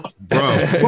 Bro